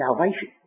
salvation